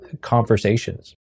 conversations